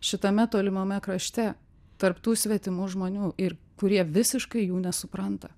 šitame tolimame krašte tarp tų svetimų žmonių ir kurie visiškai jų nesupranta